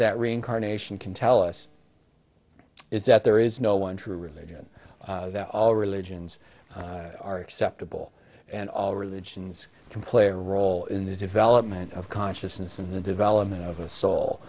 that reincarnation can tell us is that there is no one true religion that all religions are acceptable and all religions can play a role in the development of consciousness and the development of